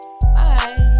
bye